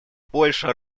польша